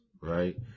right